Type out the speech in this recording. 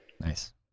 nice